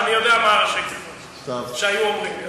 אני יודע מה ראשי התיבות שהיו אומרים.